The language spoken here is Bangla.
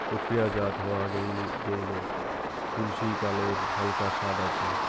প্রক্রিয়াজাত হয়া গেইলে, তুলসী ত্যালের হালকা সাদ আছে